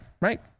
right